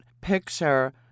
picture